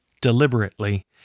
deliberately